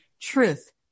truth